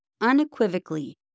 unequivocally